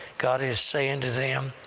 god is saying to them,